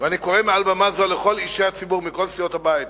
אני קורא מעל במה זו לכל אישי הציבור מכל סיעות הבית,